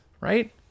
right